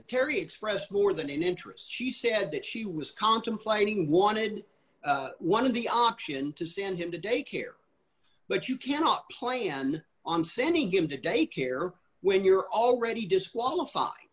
terry expressed more than interest she said that she was contemplating wanted one of the option to send him to daycare but you cannot plan on sending him to daycare when you're already disqualified